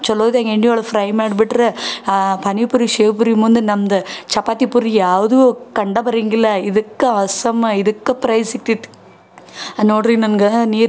ಚಲೊದಾಗ ಎಣ್ಣೆ ಒಳಗೆ ಫ್ರೈ ಮಾಡ್ಬಿಟ್ರೆ ಆ ಪಾನಿಪುರಿ ಶೇವ್ ಪುರಿ ಮುಂದೆ ನಮ್ದು ಚಪಾತಿ ಪುರಿ ಯಾವುದೋ ಕಂಡು ಬರೋಂಗಿಲ್ಲ ಇದಕ್ಕೆ ಆಸಮ್ ಇದಕ್ಕೆ ಪ್ರೈಸ್ ಸಿಕ್ತಿತ್ತು ನೋಡಿರಿ ನನ್ಗೆ ನೀರು